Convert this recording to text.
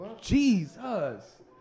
Jesus